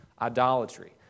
idolatry